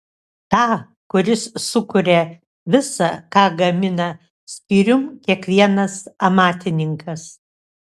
tą kuris sukuria visa ką gamina skyrium kiekvienas amatininkas